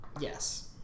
Yes